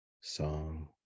song